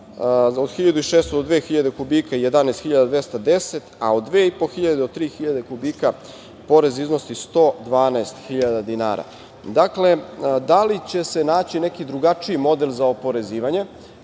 od 1.600 do 2.000 kubika je 11.210, a od 2.500 do 3.500 kubika porez iznosi 112.000 dinara. DaDa li će se naći neki drugačiji model za ovo oporezivanje,